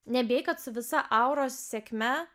nebijai kad su visa auros sėkme